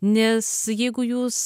nes jeigu jūs